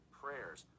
prayers